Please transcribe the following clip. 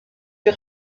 fut